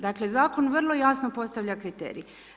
Dakle zakon vrlo jasno postavlja kriterij.